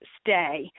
stay